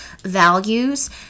values